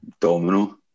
domino